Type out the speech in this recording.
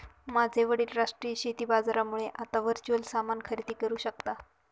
माझे वडील राष्ट्रीय शेती बाजारामुळे आता वर्च्युअल सामान खरेदी करू शकता